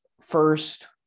first